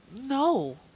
no